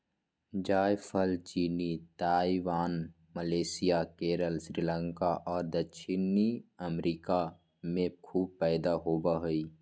जायफल चीन, Taiwan, Malaysia, Kerala, Sri Lanka और दक्षिणी अमेरिका में खूब पैदा होबो हइ